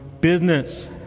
business